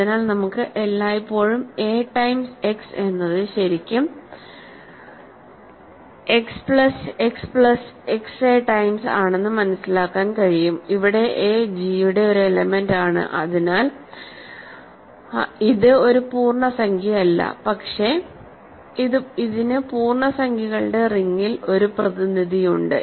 അതിനാൽ നമുക്ക് എല്ലായ്പ്പോഴും എ ടൈംസ് x എന്നത് ശരിക്കും x plus x plus xa times ആണെന്ന് മനസ്സിലാക്കാൻ കഴിയും ഇവിടെ aജിയുടെ ഒരു എലെമെന്റ് ആണ് അതിനാൽ ഇത് ഒരു പൂർണ്ണസംഖ്യയല്ല പക്ഷേ ഇതിന് പൂർണ്ണസംഖ്യകളുടെ റിങ്ങിൽ ഒരു പ്രതിനിധിയുണ്ട്